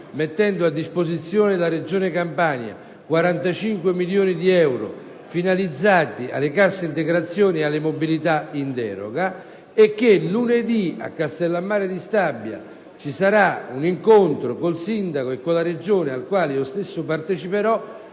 mettendole a disposizione 45 milioni di euro finalizzati alla cassa integrazione e alla mobilità in deroga e che lunedì, a Castellammare di Stabia, ci sarà un incontro con il sindaco e la Regione, al quale io stesso parteciperò,